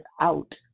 out